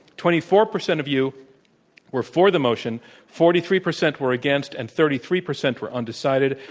twenty four percent of you were for the motion forty three percent were against, and thirty three percent were undecided.